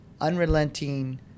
unrelenting